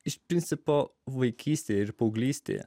iš principo vaikystėje ir paauglystėje